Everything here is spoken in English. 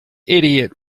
idiot